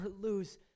lose